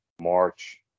March